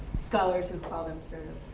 scholars who'd call themselves.